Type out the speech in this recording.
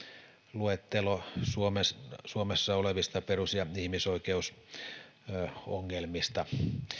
luettelo suomessa suomessa olevista perus ja ihmisoikeusongelmista